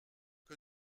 que